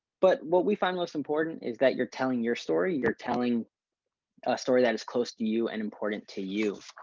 but what we find most important is that you're telling your story you're telling a story that is close to you and important to you.